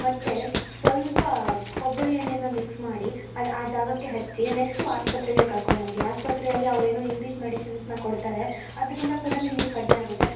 ಮತ್ತು ಸ್ವಲ್ಪ ಕೊಬ್ಬರಿ ಎಣ್ಣೆನ ಮಿಕ್ಸ್ ಮಾಡಿ ಅದು ಆ ಜಾಗಕ್ಕೆ ಹಚ್ಚಿ ನೆಕ್ಸ್ಟು ಆಸ್ಪತ್ರೆಗೆ ಕರ್ಕೊಂಡೋಗಿ ಆಸ್ಪತ್ರೆಯಲ್ಲಿ ಅವ್ರು ಏನು ಇಂಗ್ಲೀಷ್ ಮೆಡಿಶನ್ಸ್ನ ಕೊಡ್ತಾರೆ ಅದರಿಂದ ಕೂಡ ನಿಮಗೆ ಕಡಿಮೆ ಆಗುತ್ತೆ